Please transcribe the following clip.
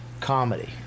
comedy